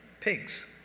pigs